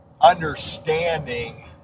understanding